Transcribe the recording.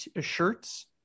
shirts